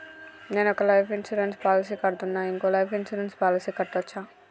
నేను ఒక life insurance policy కడ్తున్నా, ఇంకో లైఫ్ ఇన్సూరెన్స్ పాలసీ కట్టొచ్చా?